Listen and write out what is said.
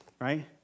right